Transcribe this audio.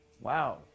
wow